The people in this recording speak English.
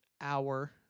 hour